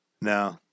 No